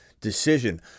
decision